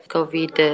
Covid